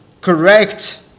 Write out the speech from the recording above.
correct